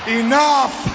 enough